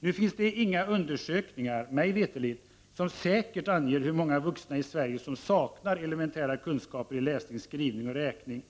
Nu finns det inga undersökningar, mig veterligt, som säkert anger hur många vuxna i Sverige, som saknar elementära kunskaper i läsning, skrivning och räkning.